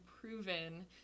proven